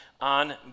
on